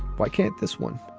why can't this one.